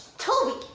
toby.